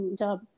job